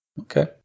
Okay